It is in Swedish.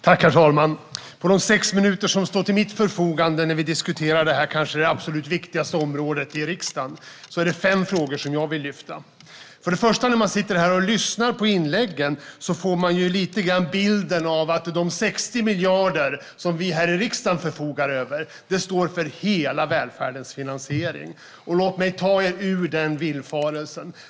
Herr talman! På de sex minuter som står till mitt förfogande när vi diskuterar det kanske absolut viktigaste området i riksdagen är det fem frågor som jag vill lyfta fram. För det första får man när man sitter här och lyssnar på inläggen lite grann bilden att de 60 miljarder som vi här i riksdagen förfogar över står för hela välfärdens finansiering. Låt mig ta er ur den villfarelsen.